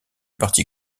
parti